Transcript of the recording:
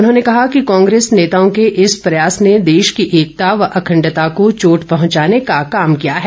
उन्होंने कहा कि कांग्रेस नेताओं के इस प्रयास ने देश की एकता व अखण्डता को चोट पहुंचाने का काम किया है